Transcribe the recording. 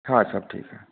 हाँ सब ठीक है